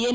N